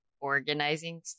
organizing